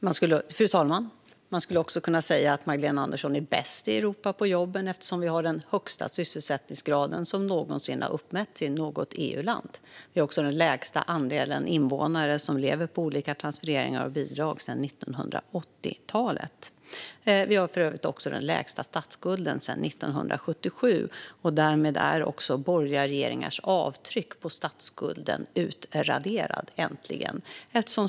Fru talman! Man skulle också kunna säga att Magdalena Andersson är bäst på jobben i Europa eftersom vi har den högsta sysselsättningsgrad som någonsin har uppmätts i ett EU-land. Vi har också den lägsta andelen invånare som lever på transfereringar och bidrag sedan 1980-talet. Vi har för övrigt också den lägsta statsskulden sedan 1977. Därmed är också borgerliga regeringars avtryck på statsskulden äntligen utraderade.